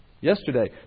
Yesterday